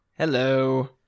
Hello